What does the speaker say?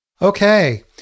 Okay